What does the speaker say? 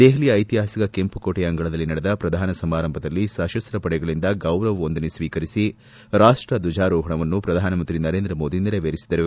ದೆಹಲಿಯ ಐತಿಹಾಸಿಕ ಕೆಂಪುಕೋಟೆಯ ಅಂಗಳದಲ್ಲಿ ನಡೆದ ಪ್ರಧಾನ ಸಮಾರಂಭದಲ್ಲಿ ಸಶಸ್ತಪಡೆಗಳಿಂದ ಗೌರವ ವಂದನೆ ಸ್ವೀಕರಿಸಿ ರಾಷ್ಷ ದ್ವಜಾರೋಪಣವನ್ನು ಪ್ರಧಾನಮಂತ್ರಿ ನರೇಂದ್ರ ಮೋದಿ ನೆರವೇರಿಸಿದರು